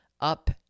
up